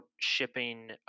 shipping